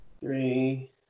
Three